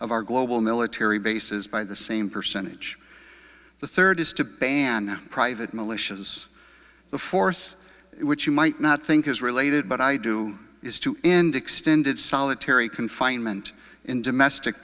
of our global military bases by the same percentage the third is to ban private militias the force which you might not think is related but i do is to end extended solitary confinement in domestic